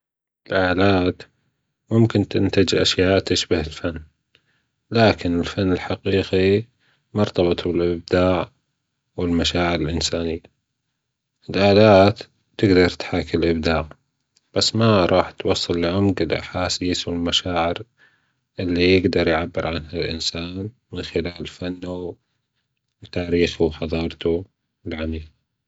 الألات ممكن تنتج أشياء تشبه الفن لكن الفن الحقيقي مرتبط بالأبداع والمشاعر الأنسانية الألات تجدر تحاكي الأبداع بس ما رح توصل لعمق الأحاسيس والمشاعر اللي يجدر يعبر عنها الأنسان من خلال فنه وتاريخه وحضارته العميقة.